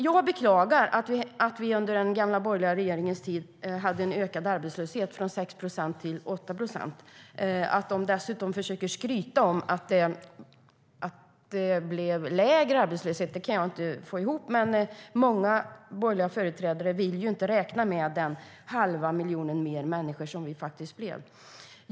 Jag beklagar att vi under den gamla borgerliga regeringens tid hade en ökad arbetslöshet, från 6 procent till 8 procent. Dessutom skryter man med att arbetslösheten blev lägre. Det kan jag inte få ihop, men många borgerliga företrädare vill ju inte räkna med att antalet invånare ökade med en halv miljon.